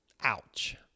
Ouch